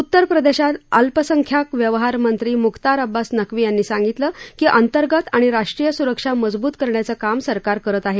उत्तर प्रदेशात अल्पसंख्याक व्यवहारमंत्री मुख्तार अब्बास नक्वी यांनी सांगितलं की अंतर्गत आणि राष्ट्रीय सुरक्षा मजबूत करण्याचं काम सरकार करत आहे